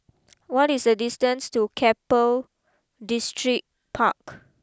what is the distance to Keppel Distripark